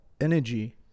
energy